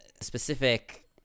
specific